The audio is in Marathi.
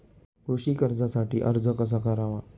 कृषी कर्जासाठी अर्ज कसा करावा?